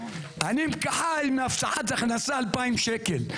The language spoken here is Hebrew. אני חי מהבטחת הכנסה 2,000 שקל.